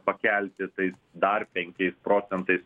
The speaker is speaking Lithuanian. pakelti tai dar penkiais procentais